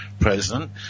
president